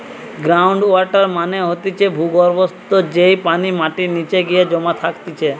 ground water মানে হতিছে ভূর্গভস্ত, যেই পানি মাটির নিচে গিয়ে জমা থাকতিছে